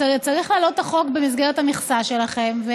צריך להעלות את החוק במסגרת המכסה שלכם.